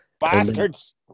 Bastards